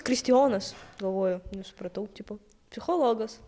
kristijonas galvoju nesupratau tipo psichologas